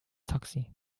taxi